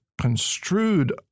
construed